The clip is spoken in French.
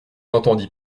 entendit